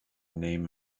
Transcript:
name